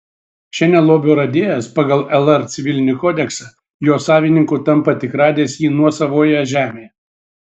šiandien lobio radėjas pagal lr civilinį kodeksą jo savininku tampa tik radęs jį nuosavoje žemėje